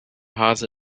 hase